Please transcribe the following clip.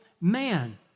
man